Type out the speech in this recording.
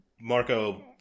Marco